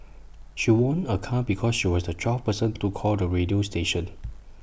she won A car because she was the twelfth person to call the radio station